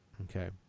Okay